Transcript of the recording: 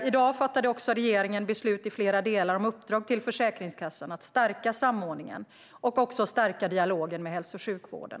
I dag fattade regeringen också beslut om flera delar i uppdrag till Försäkringskassan när det gäller att stärka samordningen och att stärka dialogen med hälso och sjukvården.